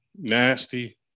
nasty